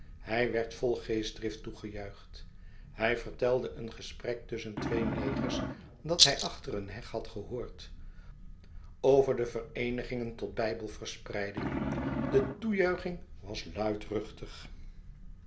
hij werd vol geestdrift toegejuicht hij vertelde een gesprek tusschen twee negers dat hij achter een heg had gehoord over de vereenigingen tot bijbelverspreiding de toejuiching was luidruchtig